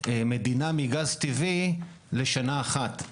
מדינה מגז טבעי לשנה אחת.